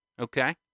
okay